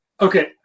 Okay